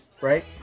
right